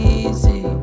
easy